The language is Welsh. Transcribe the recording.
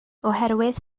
oherwydd